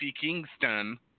Kingston